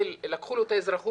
חלק מהם, לקחו להם את האזרחות.